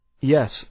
Yes